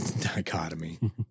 dichotomy